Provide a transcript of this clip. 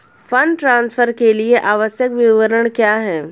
Fund transfer के लिए आवश्यक विवरण क्या हैं?